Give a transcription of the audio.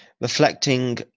reflecting